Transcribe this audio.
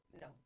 No